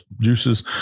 juices